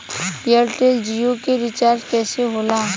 Airtel Jio के recharge कैसे होला?